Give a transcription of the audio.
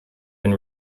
been